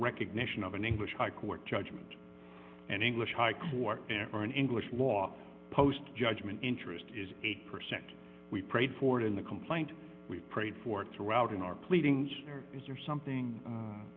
recognition of an english high court judgment and english high court and for an english law post judgment interest is eight percent we prayed for it in the complaint we prayed for throughout in our pleadings is there something